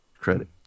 credit